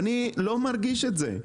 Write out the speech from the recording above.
ואני לא מרגיש את זה.